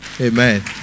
Amen